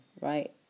right